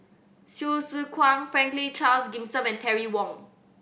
Hsu Tse Kwang Franklin Charles Gimson and Terry Wong